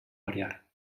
variar